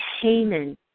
Haman